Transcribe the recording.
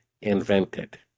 invented